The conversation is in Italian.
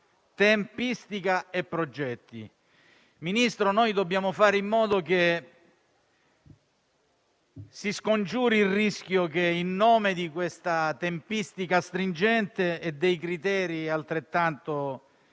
tempistica e i progetti. Signor Ministro, dobbiamo fare in modo che si scongiuri il rischio che, in nome di questa tempistica stringente e dei criteri altrettanto